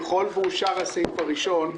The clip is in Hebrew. ככל ויאושר הסעיף הראשון,